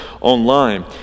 online